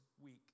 week